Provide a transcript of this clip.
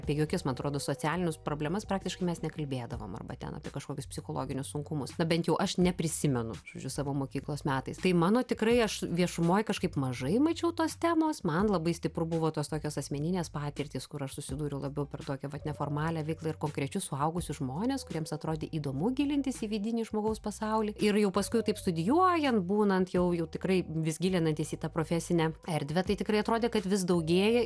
apie jokias man atrodo socialines problemas praktiškai mes nekalbėdavom arba ten apie kažkokius psichologinius sunkumus bent jau aš neprisimenu žodžiu savo mokyklos metais tai mano tikrai aš viešumoj kažkaip mažai mačiau tos temos man labai stipru buvo tos tokios asmeninės patirtys kur aš susidūriau labiau per tokią vat neformalią veiklą ir konkrečius suaugusius žmones kuriems atrodė įdomu gilintis į vidinį žmogaus pasaulį ir jau paskui taip studijuojant būnant jau jau tikrai vis gilinantis į tą profesinę erdvę tai tikrai atrodė kad vis daugėja